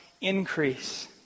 increase